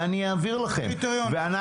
ואני אעביר לכם,